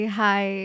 hi